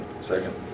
Second